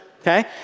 okay